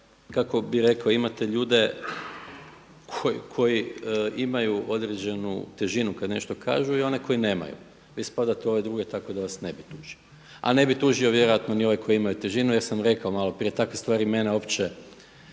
kako bih rekao imate ljude koji imaju određenu težinu kad nešto kažu i one koji nemaju. Vi spadate u ove druge tako da vas ne bi tužio a ne bi tužio vjerojatno ni ove koji imaju težinu jer sam rekao maloprije takve stvari mene uopće